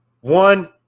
One